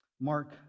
Mark